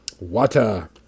water